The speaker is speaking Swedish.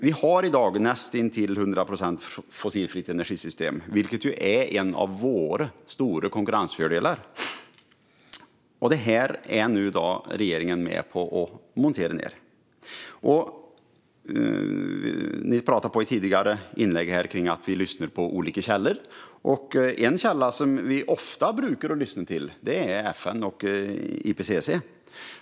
I dag har vi ett näst intill 100 procent fossilfritt energisystem, vilket är en av våra stora konkurrensfördelar. Men det vill regeringen montera ned. Det nämndes tidigare att vi lyssnar på olika källor. En källa som vi brukar lyssna på är FN och IPCC.